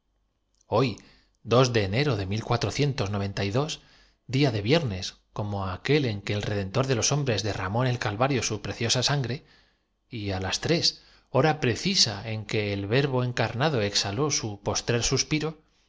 de enero de día de viernes como iente como un bellaco el refrán cuando ase aquel en que el redentor de los hombres derramó en gura que no hay mal que dure cien años el calvario su preciosa sangre y á las tres hora pre pues sus diez y seis centurias bien contadas cisa en que el verbo encarnado exhaló su postrer sus se